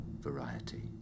variety